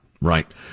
right